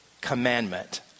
commandment